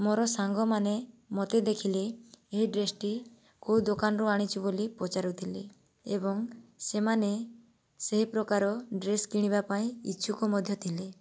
ମୋର ସାଙ୍ଗମାନେ ମୋତେ ଦେଖିଲେ ଏହି ଡ୍ରେସ୍ଟି କେଉଁ ଦୋକାନରୁ ଆଣିଛୁ ବୋଲି ପଚାରୁଥିଲେ ଏବଂ ସେମାନେ ସେହିପ୍ରକାର ଡ୍ରେସ୍ କିଣିବାପାଇଁ ଇଛୁକ ମଧ୍ୟ ଥିଲେ